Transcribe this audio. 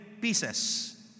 pieces